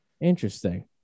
Interesting